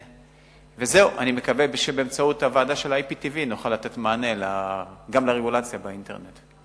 אני מקווה שבאמצעות הוועדה של IPTV נוכל לתת מענה גם לרגולציה באינטרנט.